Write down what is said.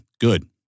good